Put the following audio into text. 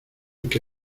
qué